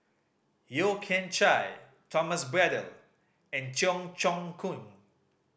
Yeo Kian Chai Thomas Braddell and Cheong Choong Kong